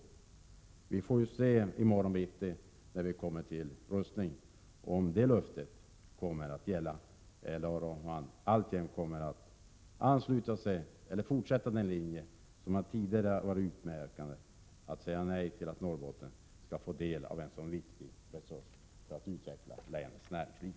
Men vi får väl se i morgon bitti när det blir omröstning, om han håller det löftet eller om han även fortsättningsvis säger nej till att Norrbotten får del av en så viktig resurs som vattenkraften för att utveckla länets näringsliv.